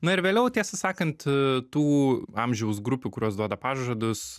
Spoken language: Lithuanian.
na ir vėliau tiesą sakant tų amžiaus grupių kurios duoda pažadus